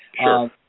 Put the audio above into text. Sure